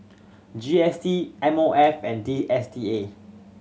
G S T M O F and D S T A